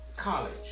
college